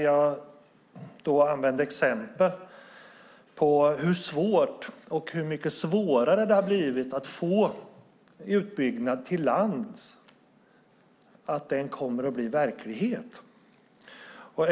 Jag använde exempel på hur mycket svårare det har blivit att få utbyggnad till lands att bli verklighet.